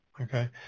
Okay